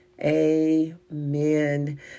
Amen